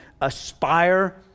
aspire